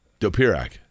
Dopirak